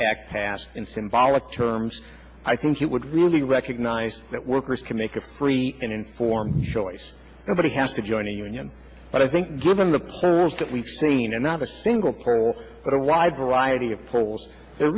act passed in symbolic terms i think it would really recognize that workers can make a free and informed choice nobody has to join a union but i think given the service that we've seen and not a single poll but a wide variety of polls there